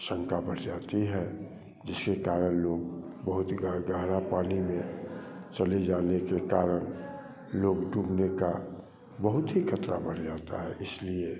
शंका बढ़ जाती है जिसके कारण लोग बहुत गहरा पानी में चले जाने के कारण लोग डूबने का बहुत ही खतरा बढ़ जाता है इसलिए